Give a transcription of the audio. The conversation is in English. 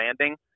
landing